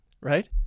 right